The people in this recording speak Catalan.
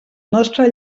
nostre